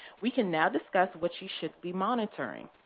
we can now discuss what you should be monitoring.